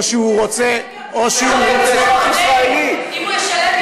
אם הוא ישלם יותר,